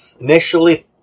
Initially